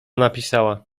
napisała